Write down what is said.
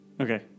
Okay